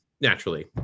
naturally